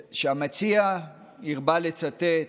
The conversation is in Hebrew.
שהמציע הרבה לצטט,